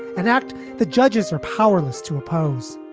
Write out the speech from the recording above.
an act. the judges are powerless to oppose.